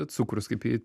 cukrus kaip ji